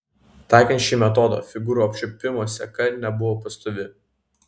taikant šį metodą figūrų apčiuopimo seka nebuvo pastovi